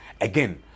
again